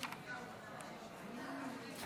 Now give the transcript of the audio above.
אני מודיע